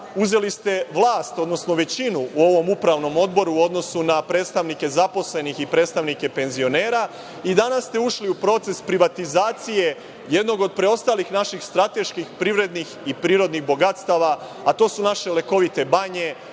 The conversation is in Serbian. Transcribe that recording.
uzeli ste vlast, odnosno većinu u ovom Upravnom odboru u odnosu na predstavnike zaposlenih i predstavnike penzionera i danas ste ušli u proces privatizacije jednog od preostalih naših strateških privrednih i prirodnih bogatstava, a to su naše lekovite banje,